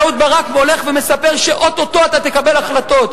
ואהוד ברק הולך ומספר שאו-טו-טו אתה תקבל החלטות,